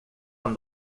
han